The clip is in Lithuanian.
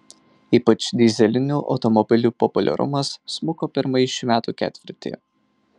ypač dyzelinių automobilių populiarumas smuko pirmąjį šių metų ketvirtį